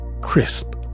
crisp